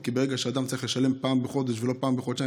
כי ברגע שאדם צריך לשלם פעם בחודש ולא פעם בחודשיים,